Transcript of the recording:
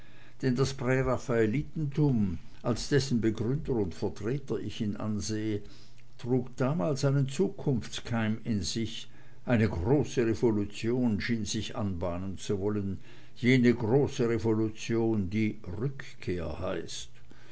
das präraffaelitentum als dessen begründer und vertreter ich ihn ansehe trug damals einen zukunftskeim in sich eine große revolution schien sich anbahnen zu wollen jene große revolution die rückkehr heißt